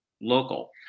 local